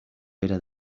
pere